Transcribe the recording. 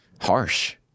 Harsh